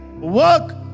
Work